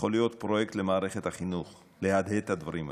יכול להיות פרויקט למערכת החינוך להדהד את הדברים האלה.